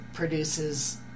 Produces